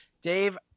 Dave